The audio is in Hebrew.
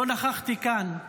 לא נכחתי כאן.